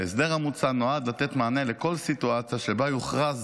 ההסדר המוצע נועד לתת מענה לכל סיטואציה שבה יוכרז